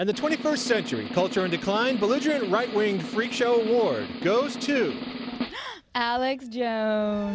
and the twenty first century culture in decline belligerent right wing freak show wars goes to